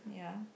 ya